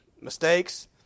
mistakes